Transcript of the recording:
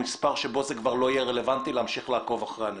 שבו כבר לא יהיה רלוונטי להמשיך לעקוב אחרי אנשים.